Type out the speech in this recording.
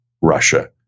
Russia